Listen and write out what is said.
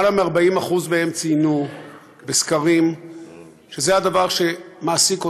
למעלה מ-40% מהם ציינו בסקרים שזה הדבר שמעסיק אותם.